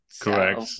correct